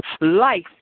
Life